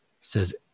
says